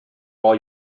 while